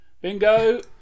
Bingo